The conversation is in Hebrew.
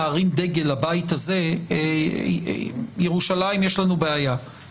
והיא עשתה זאת במערכות הבחירות הקודמות.